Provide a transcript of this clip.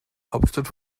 hauptstadt